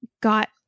got